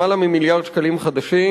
למעלה ממיליארד שקלים חדשים,